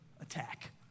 attack